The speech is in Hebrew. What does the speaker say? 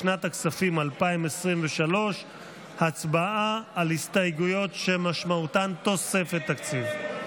לשנת הכספים 2023. הצבעה על הסתייגויות שמשמעותן תוספת תקציב.